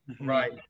Right